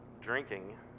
drinking